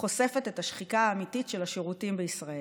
חושפת את השחיקה האמיתית של השירותים בישראל.